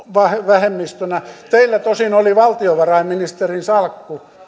vähemmistönä teillä tosin oli valtiovarainministerin salkku